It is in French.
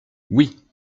oui